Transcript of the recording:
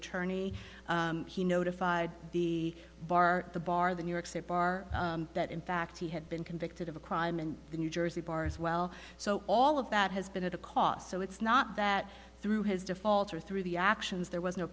attorney he notified the bar the bar the new york state bar that in fact he had been convicted of a crime and the new jersey bar as well so all of that has been at a cost so it's not that through his defaulter through the actions there was no